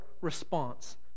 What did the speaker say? response